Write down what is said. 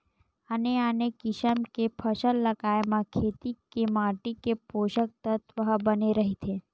आने आने किसम के फसल लगाए म खेत के माटी के पोसक तत्व ह बने रहिथे